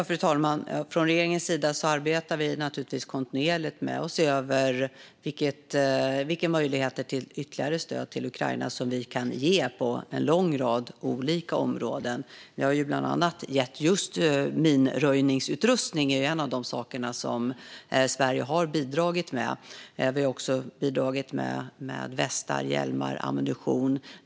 Fru talman! Regeringen arbetar givetvis kontinuerligt med att se över vilka möjligheter vi har att ge ytterligare stöd till Ukraina på en lång rad olika områden. Just minröjningsutrustning är en av de saker Sverige har bidragit med, och vi har också bidragit med västar, hjälmar och ammunition.